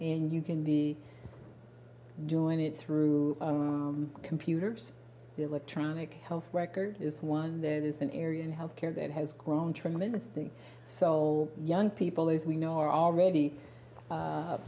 and you can be doing it through computers electronic health record is one that is an area in health care that has grown tremendously soul young people as we know are already